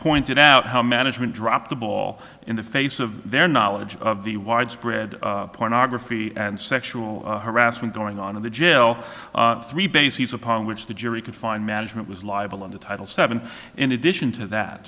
pointed out how management dropped the ball in the face of their knowledge of the widespread pornography and sexual harassment going on in the jail three bases upon which the jury could find management was liable under title seven in addition to that